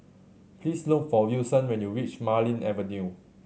please look for Wilson when you reach Marlene Avenue